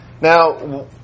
Now